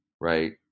right